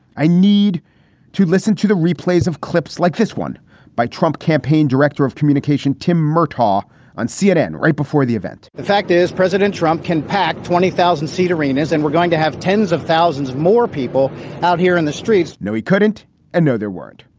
i need to listen to the replays of clips like this one by trump campaign director of communication tim murtaugh on cnn right before the event. the fact is president trump can pack twenty thousand seat arenas and we're going to have tens of thousands more people out here in the streets. no, he couldn't and no, there weren't.